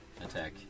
attack